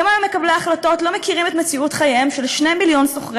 כמה ממקבלי ההחלטות לא מכירים את מציאות חייהם של 2 מיליון שוכרי